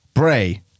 Bray